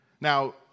Now